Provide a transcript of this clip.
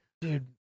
dude